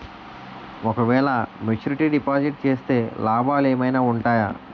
ఓ క వేల maturity deposit చేస్తే లాభాలు ఏమైనా ఉంటాయా?